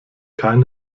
kein